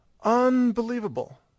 Unbelievable